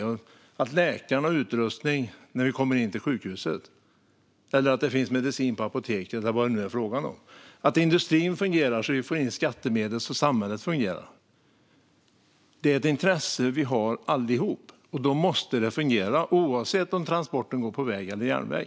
Vi vill att läkarna har utrustning när vi kommer in till sjukhuset, att det finns medicin på apoteket eller vad det nu är frågan om. Vi vill att industrin fungerar så att vi får in skattemedel så att samhället fungerar. Detta är ett intresse vi har allihop. Då måste det fungera, oavsett om transporten går på väg eller järnväg.